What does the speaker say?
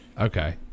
Okay